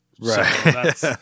Right